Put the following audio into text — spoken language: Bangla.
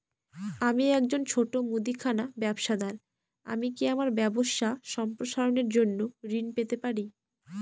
আমি একজন ছোট মুদিখানা ব্যবসাদার আমি কি আমার ব্যবসা সম্প্রসারণের জন্য ঋণ পেতে পারি?